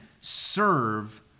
serve